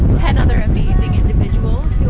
ten other amazing individuals who